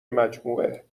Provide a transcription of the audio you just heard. مجموعه